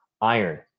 Iron